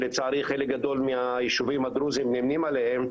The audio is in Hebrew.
שלצערי חלק גדול מהיישובים הדרוזים נמנים עליהם,